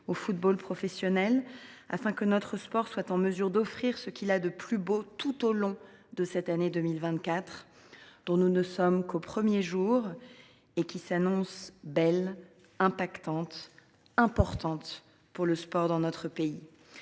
au football professionnel. En effet, notre sport doit être en mesure d’offrir ce qu’il a de plus beau tout au long de cette année 2024. Nous n’en sommes qu’aux premiers jours et elle s’annonce belle, « impactante » et importante pour le sport dans notre pays.